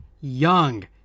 young